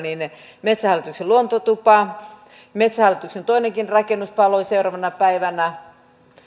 utsjoelta että metsähallituksen luontotupa paloi ja metsähallituksen toinenkin rakennus paloi seuraavana päivänä